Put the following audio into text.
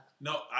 no